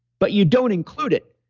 but you don't include it,